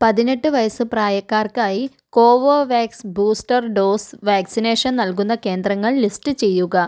പതിനെട്ട് വയസ്സ് പ്രായക്കാർക്കായി കോവോവാക്സ് ബൂസ്റ്റർ ഡോസ് വാക്സിനേഷൻ നൽകുന്ന കേന്ദ്രങ്ങൾ ലിസ്റ്റ് ചെയ്യുക